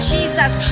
Jesus